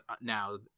now